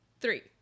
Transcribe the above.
Three